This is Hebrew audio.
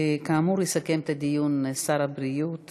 כאמור, יסכם את הדיון שר הבריאות